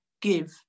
give